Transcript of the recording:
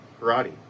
karate